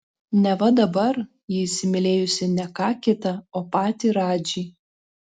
neva dabar ji įsimylėjusi ne ką kitą o patį radžį